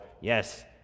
yes